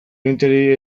agintariei